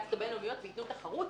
אפליקציות בין-לאומיות וייתנו תחרות